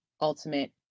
ultimate